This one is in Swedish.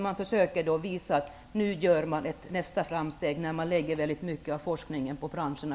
Man försöker dock visa i propositionen att ett framsteg görs när forskningen läggs över på de enskilda branscherna.